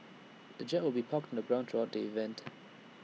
the jet will be parked on the ground throughout the event